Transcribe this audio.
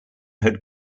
had